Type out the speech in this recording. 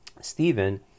Stephen